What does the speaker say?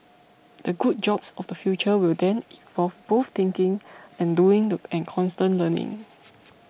the good jobs of the future will then involve both thinking and doing and constant learning